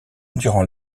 durant